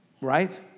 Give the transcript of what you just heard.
Right